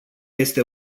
este